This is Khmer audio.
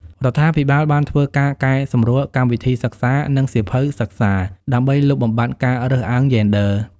រដ្ឋាភិបាលបានធ្វើការកែសម្រួលកម្មវិធីសិក្សា និងសៀវភៅសិក្សា ដើម្បីលុបបំបាត់ការរើសអើងយេនឌ័រ។